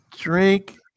Drink